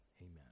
amen